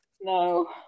No